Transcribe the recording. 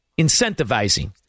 incentivizing